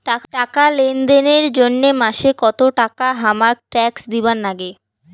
টাকা লেনদেন এর জইন্যে মাসে কত টাকা হামাক ট্যাক্স দিবার নাগে?